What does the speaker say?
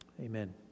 Amen